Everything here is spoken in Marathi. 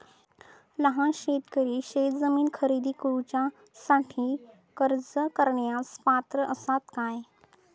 लहान शेतकरी शेतजमीन खरेदी करुच्यासाठी कर्ज घेण्यास पात्र असात काय?